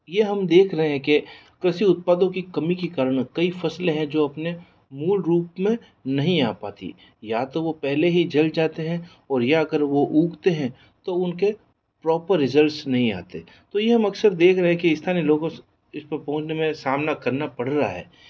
ये हम देख रहे हैं कि कृषि उत्पादों की कमी की कारण कई फैसले हैं जो अपने मूल रूप में नहीं आ पाती या तो वो पहले ही जल जाते हैं और या अगर वो उगते हैं तो उनके प्रॉपर रिजल्ट्स नहीं आते तो यह हम अक्सर देख रहे हैं कि स्थानीय लोगों से इसको में सामना करना पड़ रहा है